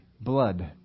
blood